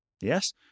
Yes